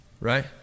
Right